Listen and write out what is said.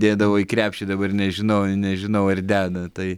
dėdavo į krepšį dabar nežinau nežinau ar deda tai